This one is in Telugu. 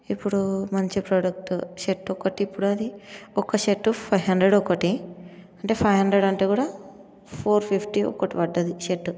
ఇప్పుడు మంచి ప్రోడక్ట్ షర్ట్ ఒక్కటి ఇప్పుడు అది ఒక్క షర్ట్ ఫైవ్ హండ్రెడ్ ఒక్కటి అంటే ఫైవ్ హండ్రెడ్ అంటే కూడా ఫోర్ ఫిఫ్టీ ఒక్కటి పడ్డది షర్ట్